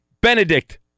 Benedict